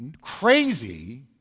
crazy